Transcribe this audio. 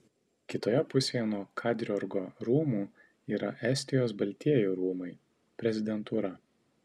kitoje pusėje nuo kadriorgo rūmų yra estijos baltieji rūmai prezidentūra